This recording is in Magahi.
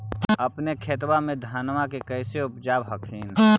अपने खेतबा मे धन्मा के कैसे उपजाब हखिन?